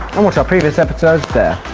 and watch our previous episodes there.